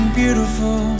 beautiful